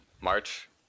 March